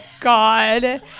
God